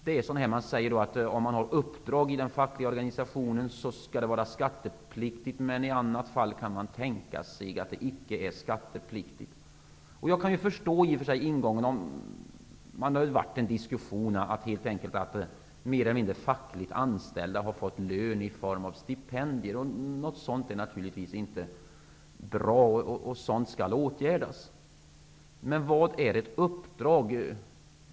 Det sägs att uppdrag i den fackliga organisationen skall vara skattepliktiga men att man kan tänka sig att andra uppdrag icke skall vara skattepliktiga. Jag kan i och för sig förstå ingången. Det har förts en diskussion om att mer eller mindre fackligt anställda har fått lön i form av stipendier. Något sådant är naturligtvis inte bra, och sådant skall åtgärdas. Men vad är ''ett uppdrag''?